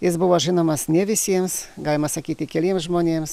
jis buvo žinomas ne visiems galima sakyt keliems žmonėms